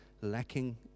lacking